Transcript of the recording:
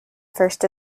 first